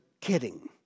kidding